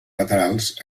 laterals